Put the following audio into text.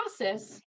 process